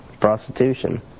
Prostitution